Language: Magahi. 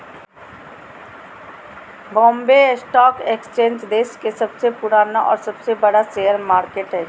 बॉम्बे स्टॉक एक्सचेंज देश के सबसे पुराना और सबसे बड़ा शेयर मार्केट हइ